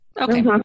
okay